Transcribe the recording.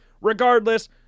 Regardless